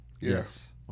Yes